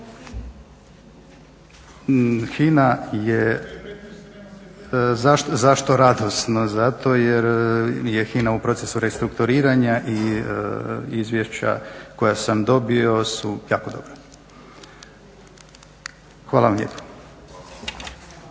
HINA je, zašto radosno? Zato jer je HINA u procesu restrukturiranja i izvješća koja sam dobio su jako dobra. Hvala vam lijepo.